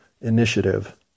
initiative